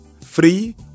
free